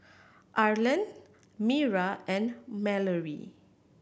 Arland Mira and Malorie